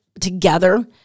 together